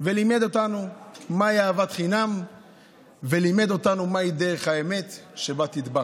והוא לימד אותנו מהי אהבת חינם ולימד אותנו מהי דרך האמת שבה תדבק.